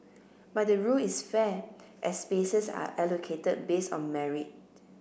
but the rule is fair as spaces are allocated based on merit